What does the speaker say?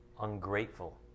Ungrateful